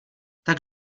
tak